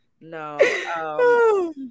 No